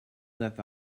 that